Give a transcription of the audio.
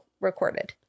recorded